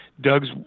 Doug's